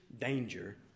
danger